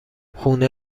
خونه